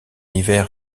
hiver